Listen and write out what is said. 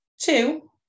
Two